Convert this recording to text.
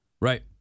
Right